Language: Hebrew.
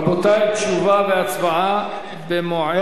רבותי, תשובה והצבעה במועד אחר.